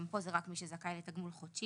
גם פה זה רק מי שזכאי לתגמול חודשי,